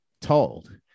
told